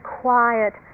quiet